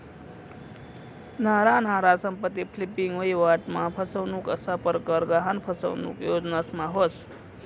न्यारा न्यारा संपत्ती फ्लिपिंग, वहिवाट मा फसनुक असा परकार गहान फसनुक योजनास मा व्हस